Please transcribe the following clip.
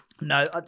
No